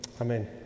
Amen